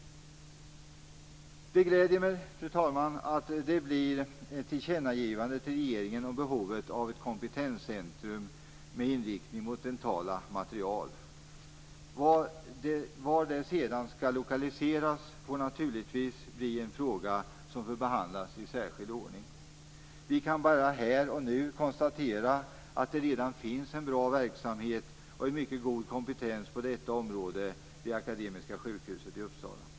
Fru talman! Det gläder mig att det blir ett tillkännagivande till regeringen om behovet av ett kompetenscentrum med inriktning på dentala material. Var det sedan skall lokaliseras får naturligtvis bli en fråga som får behandlas i särskild ordning. Vi kan bara här och nu konstatera att det redan finns en bra verksamhet och en mycket god kompetens på detta område vid Akademiska sjukhuset i Fru talman!